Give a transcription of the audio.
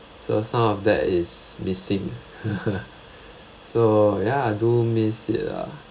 so some of that is missing so ya I do miss it lah